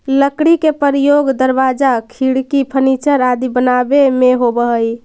लकड़ी के प्रयोग दरवाजा, खिड़की, फर्नीचर आदि बनावे में होवऽ हइ